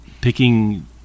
picking